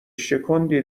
شکوندی